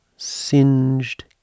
singed